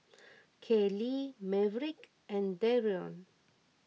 Kayley Maverick and Darion